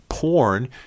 Porn